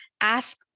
ask